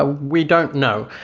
ah we don't know,